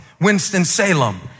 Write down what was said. Winston-Salem